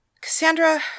Cassandra